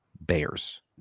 Bears